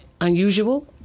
unusual